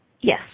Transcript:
yes